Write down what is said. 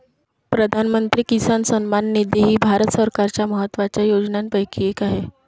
प्रधानमंत्री किसान सन्मान निधी ही भारत सरकारच्या महत्वाच्या योजनांपैकी एक आहे